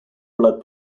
blood